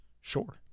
sure